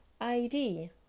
ID